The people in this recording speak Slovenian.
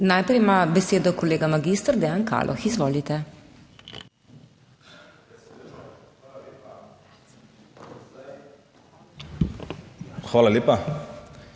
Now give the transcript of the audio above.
Najprej ima besedo kolega magister Dejan Kaloh, izvolite. MAG.